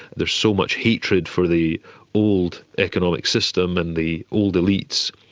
there's so much hatred for the old economic system and the old elites.